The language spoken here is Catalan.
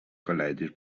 col·legis